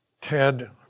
Ted